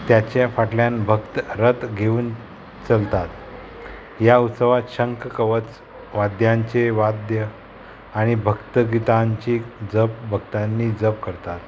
त्याचे फाटल्यान भक्त रथ घेवन चलतात ह्या उत्सवांत शंक कवच वाद्यांचे वाद्य आनी भक्तीगितांची जप भक्तांनी जप करतात